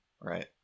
Right